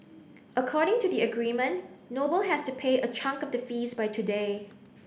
according to the agreement Noble has to pay a chunk of the fees by today